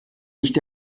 nicht